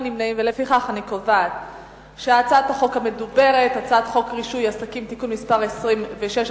להעביר את הצעת חוק רישוי עסקים (תיקון מס' 26)